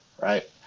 right